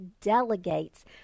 delegates